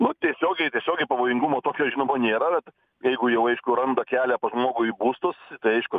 nu tiesiogiai tiesiogiai pavojingumo tokio žinomo nėra jeigu jau aišku randa kelią pas žmogų į būstus tai aišku